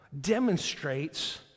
demonstrates